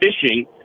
fishing